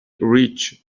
rich